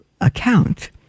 account